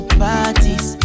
parties